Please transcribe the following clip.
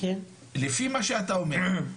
לפי מה שאתה אומר,